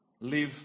Live